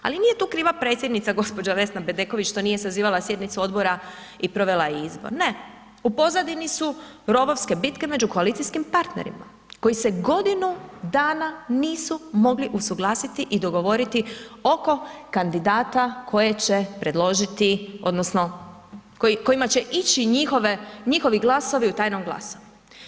Ali nije tu kriva predsjednica gospođa Vesna Bedeković što nije sazivala sjednicu odbora i provela izbor, ne u pozadini su rovske bitke među koalicijskim partnerima koji se godinu dana nisu mogli usuglasiti i dogovoriti oko kandidata koje će predložiti odnosno kojima će ići njihovi glasovi u tajnom glasovanju.